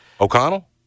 O'Connell